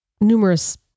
numerous